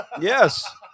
Yes